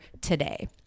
today